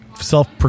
self